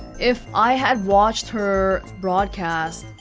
if i had watched her broadcast,